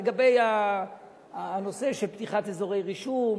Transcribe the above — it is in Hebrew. לגבי הנושא של פתיחת אזורי רישום,